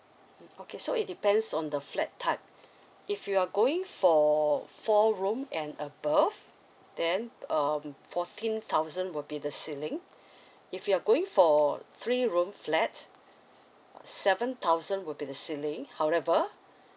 mm okay so it depends on the flat type if you are going for four room and above then um fourteen thousand will be the ceiling if you are going for three room flat seven thousand would be the ceiling however